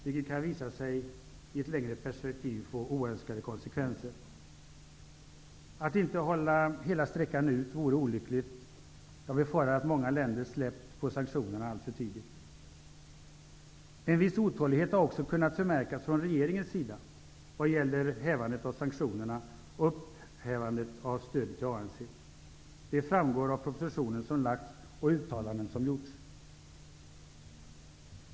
Det kan i ett längre perspektiv få oönskade konsekvenser. Att inte hålla hela sträckan ut vore olyckligt. Jag befarar att många länder släppt sanktionerna alltför tidigt. En viss otålighet har också kunnat förmärkas från regeringens sida vad gäller hävandet av sanktionerna och upphävandet av stödet till ANC. Det framgår av den proposition som lagts fram och av de uttalanden som gjorts.